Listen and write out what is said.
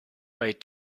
wait